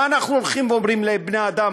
מה אנחנו הולכים ואומרים לבני-אדם,